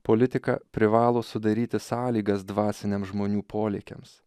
politika privalo sudaryti sąlygas dvasiniam žmonių polėkiams